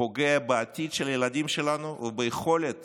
פוגע בעתיד של הילדים שלנו וביכולת